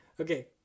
okay